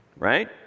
right